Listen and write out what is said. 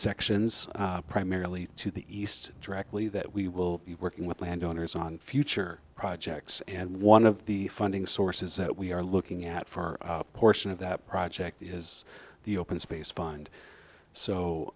sections primarily to the east directly that we will be working with landowners on future projects and one of the funding sources that we are looking at for a portion of that project is the open space fund so